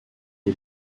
est